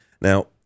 Now